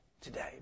today